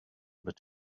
but